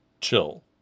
chill